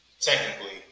Technically